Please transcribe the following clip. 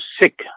sick